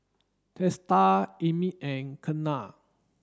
Teesta Amit and Ketna